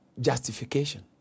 justification